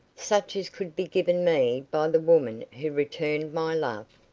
such as could be given me by the woman who returned my love.